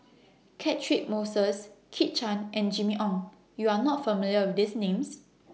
Catchick Moses Kit Chan and Jimmy Ong YOU Are not familiar with These Names